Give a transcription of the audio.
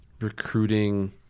recruiting